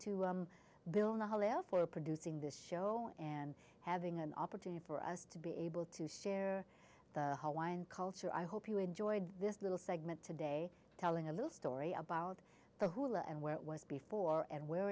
to build a holiday for producing this show and having an opportunity for us to be able to share the wine culture i hope you enjoyed this little segment today telling a little story about the hula and where it was before and where